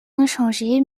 inchangé